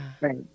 Right